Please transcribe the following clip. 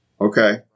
Okay